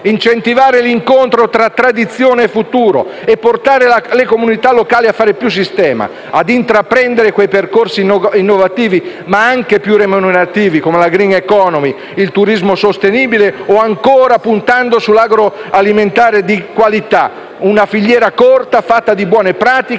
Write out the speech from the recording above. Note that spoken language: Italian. Incentivare l'incontro tra tradizione e futuro e portare le comunità locali a fare più sistema, a intraprendere quei percorsi innovativi, ma anche più remunerativi, come la *green economy*, il turismo sostenibile o, ancora, puntando sull'agroalimentare di qualità e la filiera corta, fatta di buone pratiche,